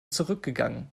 zurückgegangen